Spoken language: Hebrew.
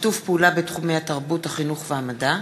התרבות,